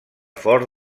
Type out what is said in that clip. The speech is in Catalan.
fort